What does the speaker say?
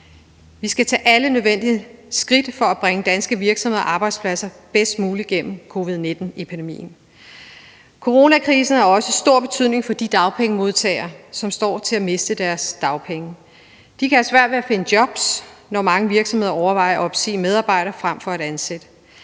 Vi skal tage alle nødvendige skridt for at bringe danske virksomheder og arbejdspladser bedst muligt gennem covid-19-epidemien. Coronakrisen har også stor betydning for de dagpengemodtagere, som står til at miste deres dagpenge. De kan have svært ved at finde jobs, når mange virksomheder overvejer at opsige medarbejdere frem for at ansætte.